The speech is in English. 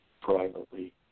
privately